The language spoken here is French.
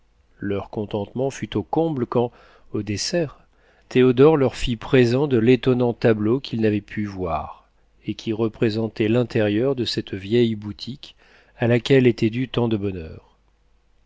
leur contentement fut au comble quand au dessert théodore leur fit présent de l'étonnant tableau qu'ils n'avaient pu voir et qui représentait l'intérieur de cette vieille boutique à laquelle était dû tant de bonheur